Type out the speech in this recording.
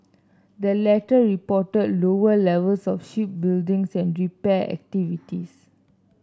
the latter reported lower levels of shipbuilding and repair activities